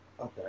Okay